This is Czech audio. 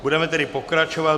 Budeme tedy pokračovat.